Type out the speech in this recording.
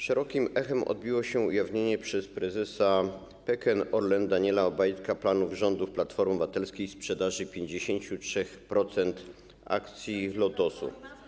Szerokim echem odbiło się ujawnienie przez prezesa PKN Orlen Daniela Obajtka planów rządów Platformy Obywatelskiej sprzedaży 53% akcji Lotosu.